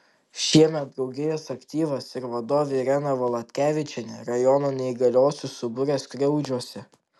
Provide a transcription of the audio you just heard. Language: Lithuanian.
šiemet draugijos aktyvas ir vadovė irena valatkevičienė rajono neįgaliuosius subūrė skriaudžiuose